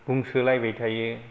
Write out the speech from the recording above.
बुंसोलायबाय थायो